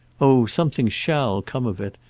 oh something shall come of it!